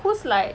who's like